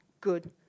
good